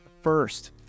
first